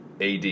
AD